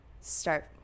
start